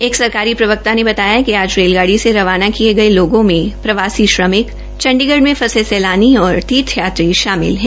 एक सरकारी प्रवक्ता ने बताया कि आज रेलगाड़ी से रवाना किये गये लोगों में प्रवासी श्रमिक चंडीगढ़ में फंसे सेलानी और तीर्थ यात्री शामिल है